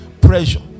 pressure